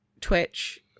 Twitch